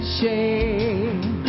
shame